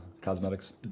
cosmetics